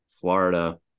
Florida